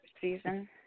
season